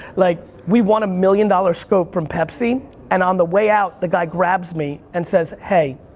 like we won a million-dollar scope from pepsi and on the way out the guy grabs me and says, hey,